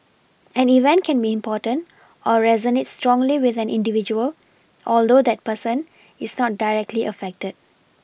an event can be important or resonate strongly with an individual although that person is not directly affected